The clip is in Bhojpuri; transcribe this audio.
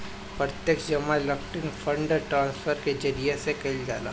प्रत्यक्ष जमा इलेक्ट्रोनिक फंड ट्रांसफर के जरिया से कईल जाला